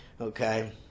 Okay